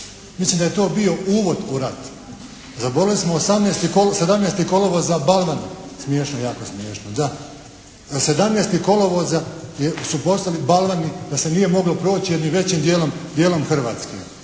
Mislim da je to bio uvod u rat. Zaboravili smo 17. kolovoza, balvan. Smiješno, jako smiješno da. A 17. kolovoza su postavljeni balvani da se nije moglo proći jednim većim dijelom Hrvatske.